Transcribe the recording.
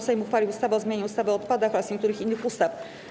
Sejm uchwalił ustawę o zmianie ustawy o odpadach oraz niektórych innych ustaw.